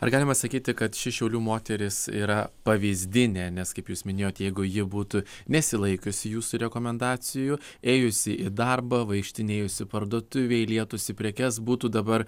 ar galima sakyti kad ši šiaulių moteris yra pavyzdinė nes kaip jūs minėjot jeigu ji būtų nesilaikiusi jūsų rekomendacijų ėjusi į darbą vaikštinėjusi parduotuvėj lietusi prekes būtų dabar